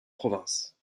province